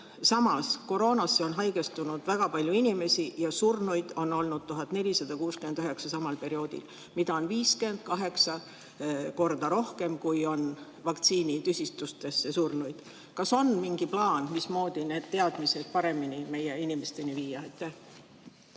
Samas koroonasse on haigestunud väga palju inimesi ja surnuid on olnud samal perioodil 1469, mida on 58 korda rohkem, kui on vaktsiinitüsistustesse surnuid. Kas on mingi plaan, mismoodi need teadmised paremini meie inimesteni viia?